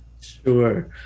sure